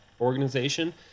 organization